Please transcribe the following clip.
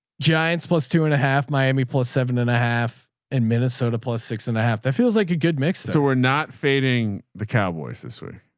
giants, plus two and a half miami plus seven and a half in minnesota, plus six and a half. that feels like a good mix. so we're not fading the cowboys this way.